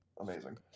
Amazing